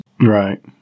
right